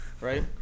right